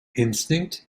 instinct